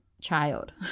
child